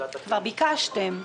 כבר ביקשתם.